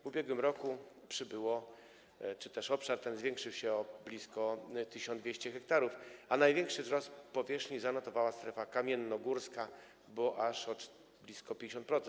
W ubiegłym roku przybyło czy też obszar ten zwiększył się o blisko 1200 ha, a największy wzrost powierzchni zanotowała strefa kamiennogórska, bo aż o blisko 50%–44,7%.